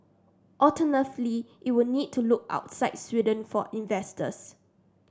alternatively it will need to look outside Sweden for investors